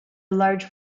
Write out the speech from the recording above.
large